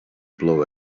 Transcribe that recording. blow